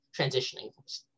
transitioning